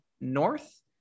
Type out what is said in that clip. north